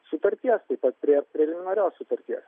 sutarties taip pat prie preliminarios sutarties